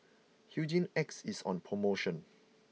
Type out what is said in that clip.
Hygin X is on promotion